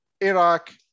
Iraq